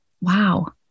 Wow